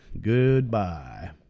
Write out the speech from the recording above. Goodbye